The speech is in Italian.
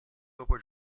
dopo